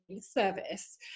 service